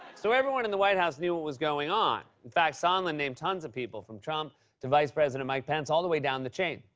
so everyone in the white house knew what was going on. in fact, sondland named tons of people, from trump to vice president mike pence, all the way down the chain.